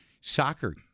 Soccer